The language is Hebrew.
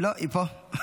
לא, היא פה.